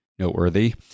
noteworthy